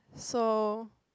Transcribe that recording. so